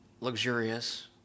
luxurious